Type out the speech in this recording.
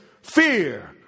fear